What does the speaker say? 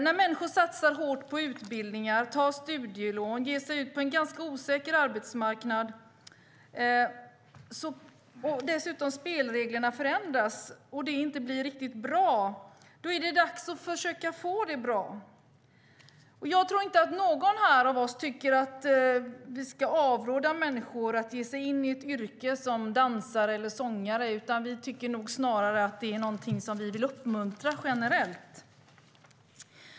När människor satsar hårt på utbildningar, tar studielån och ger sig ut på en ganska osäker arbetsmarknad och när dessutom spelreglerna förändras och inte blir riktigt bra, då är det dags att försöka få dem att bli bra. Jag tror inte att någon av oss här tycker att vi ska avråda människor från att ge sig in i ett yrke som dansare eller sångare. Vi tycker nog snarare att det är någonting som vi generellt vill uppmuntra.